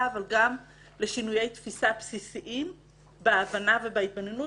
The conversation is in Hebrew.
וגם לשינויי תפיסה בסיסיים בהבנה ובהתבוננות,